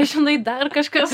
žinai dar kažkas